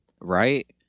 Right